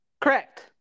correct